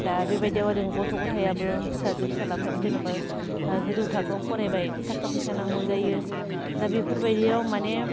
दा बेबायदियाव ओरैनो गथ' गथायाबो फिसाजो फिसालाफ्राबो जेन'बा गोजौ थाखोआव फरायबाय थाखा फैसा नांगौ जायो दा बेफोरबायदियाव माने